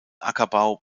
ackerbau